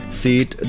seat